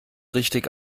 richtig